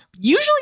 usually